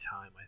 time